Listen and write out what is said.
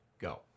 Go